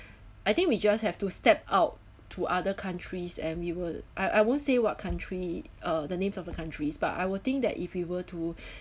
I think we just have to step out to other countries and we will I I won't say what country uh the names of the countries but I will think that if we were to